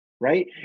right